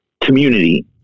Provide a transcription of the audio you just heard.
community